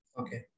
Okay